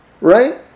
right